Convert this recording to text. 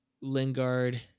Lingard